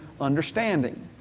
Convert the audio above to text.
understanding